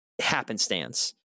happenstance